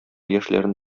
яшьләрен